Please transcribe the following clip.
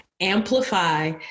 amplify